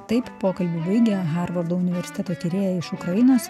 taip pokalbį baigė harvardo universiteto tyrėja iš ukrainos